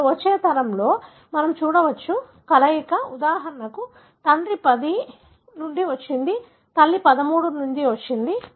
ఇప్పుడు వచ్చే తరం లో మనం చూడవచ్చు కలయిక ఉదాహరణకు తండ్రి 10 నుండి వచ్చింది తల్లి 13 నుండి వచ్చింది